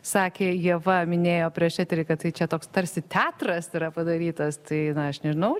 sakė ieva minėjo prieš eterį kad tai čia toks tarsi teatras yra padarytas tai na aš nežinau